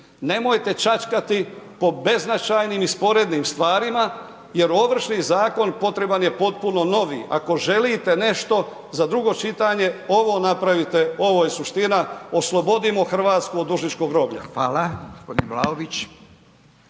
nemojte čačkati po beznačajnim i sporednim stvarima jer Ovršni zakon potreban je potpuno novi, ako želite nešto za drugo čitanje ovo napravite, ovo je suština, oslobodimo Hrvatsku od dužničkog groblja. **Radin, Furio